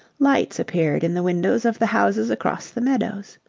lights appeared in the windows of the houses across the meadows.